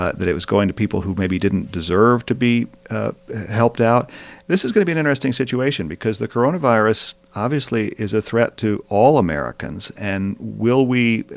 ah that it was going to people who maybe didn't deserve to be helped out this is going to be an interesting situation because the coronavirus, obviously, is a threat to all americans. and will we,